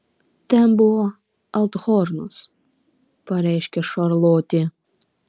ten buvo althornas pareiškė šarlotė